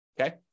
okay